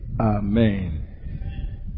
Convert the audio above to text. Amen